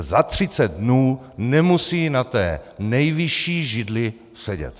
Za třicet dnů nemusí na té nejvyšší židli sedět.